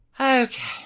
Okay